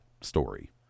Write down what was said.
story